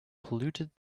polluted